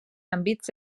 àmbits